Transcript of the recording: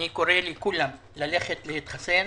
אני קורא לכולם ללכת להתחסן.